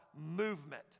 movement